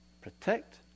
Protect